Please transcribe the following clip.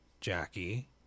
Jackie